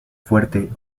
fuerte